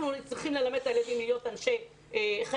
צריכים ללמד את הילדים להיות אנשי חקר.